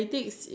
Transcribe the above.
ya